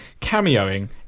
cameoing